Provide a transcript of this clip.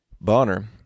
Bonner